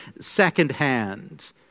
secondhand